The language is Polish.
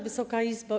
Wysoka Izbo!